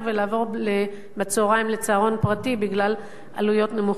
בצהריים לצהרון פרטי בגלל עלויות נמוכות יותר?